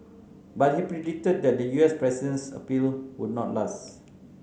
but he predicted that the U S president's appeal would not last